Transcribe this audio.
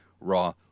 Raw